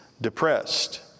depressed